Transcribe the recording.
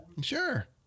Sure